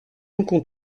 manquons